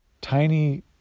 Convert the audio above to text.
tiny